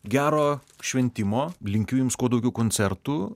gero šventimo linkiu jums kuo daugiau koncertų